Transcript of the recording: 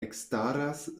ekstaras